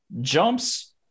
jumps